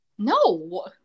No